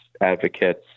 advocates